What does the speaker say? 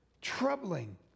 troubling